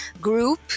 group